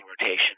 rotation